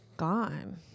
gone